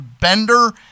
Bender